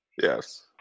Yes